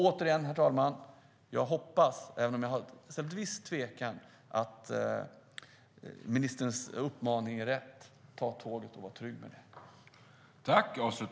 Återigen, herr talman, hoppas jag, även om jag har en viss tvekan, att ministerns uppmaning är rätt: Ta tåget och var trygg med det!